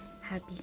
happy